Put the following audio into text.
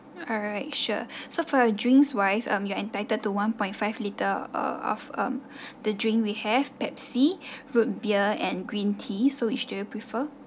alright sure so for a drink's wise um you entitled to one point five litre uh of um the drink we have pepsi root beer and green tea so which do you prefer